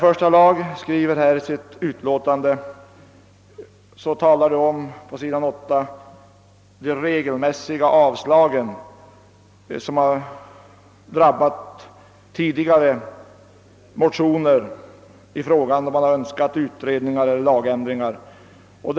Första lagutskottet skriver på sidan 8 i sitt utlåtande, att tidigare motioner angående utredningar och lagändringar »regelmässigt avslagits».